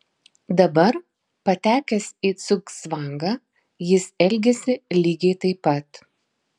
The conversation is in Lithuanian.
dabar patekęs į cugcvangą jis elgiasi lygiai taip pat